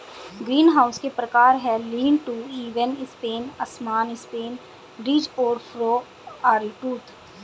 greenhouse के प्रकार है, लीन टू, इवन स्पेन, असमान स्पेन, रिज और फरो, आरीटूथ